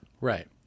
Right